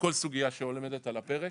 ובכל סוגיה שעומדת על הפרק.